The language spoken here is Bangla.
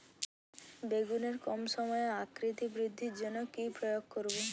বেগুনের কম সময়ে আকৃতি বৃদ্ধির জন্য কি প্রয়োগ করব?